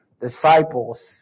disciples